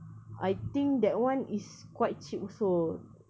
I think that one is quite cheap also